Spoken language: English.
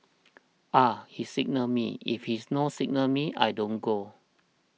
ah he signal me if he no signal me I don't go